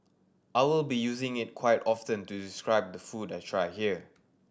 I will be using it quite often to describe the food I try here